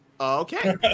Okay